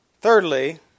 Thirdly